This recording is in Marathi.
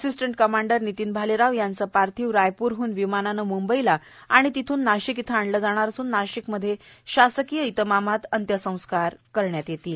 असिस्टंट कमांडर नितीन भालेराव यांचं पार्थिव रायपूरहन विमानानं मूंबईला आणि तेथून नाशिक इथं आणलं जाणार असून नाशिकमध्ये शासकीय इतमामात अंत्यसंस्कार करण्यात येणार आहेत